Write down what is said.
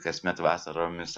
kasmet vasaromis savo ves